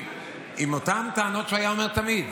עם אותן טענות שהיה אומר תמיד.